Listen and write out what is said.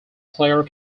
player